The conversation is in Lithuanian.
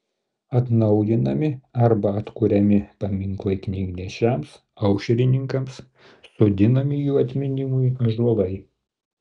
atnaujinami arba atkuriami paminklai knygnešiams aušrininkams sodinami jų atminimui ąžuolai